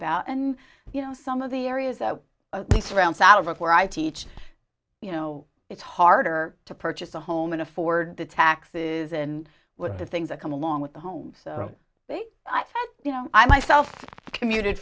about and you know some of the areas that surround south of where i teach you know it's harder to purchase a home and afford the taxes and with the things that come along with the homes you know i myself commuted